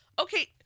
Okay